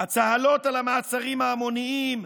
הצהלות על המעצרים ההמוניים,